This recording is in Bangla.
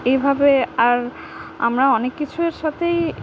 এইভাবে আর আমরা অনেক কিছুর সাথেই